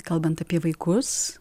kalbant apie vaikus